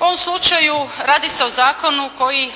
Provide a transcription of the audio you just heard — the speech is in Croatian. U ovom slučaju radi se o zakonu koji